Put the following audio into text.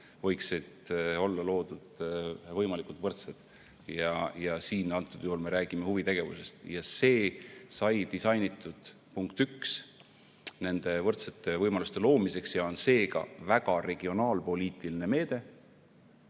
võiksid olla loodud võimalikult võrdsed. Antud juhul me räägime huvitegevusest. See sai disainitud, punkt üks, võrdsete võimaluste loomiseks ja on seega väga regionaalpoliitiline meede.